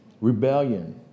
Rebellion